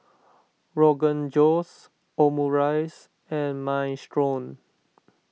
Rogan Josh Omurice and Minestrone